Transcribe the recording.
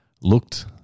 looked